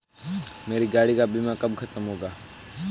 मेरे गाड़ी का बीमा कब खत्म होगा?